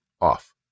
off